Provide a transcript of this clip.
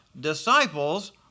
disciples